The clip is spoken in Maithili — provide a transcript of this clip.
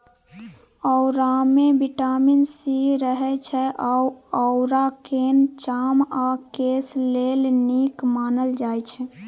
औरामे बिटामिन सी रहय छै आ औराकेँ चाम आ केस लेल नीक मानल जाइ छै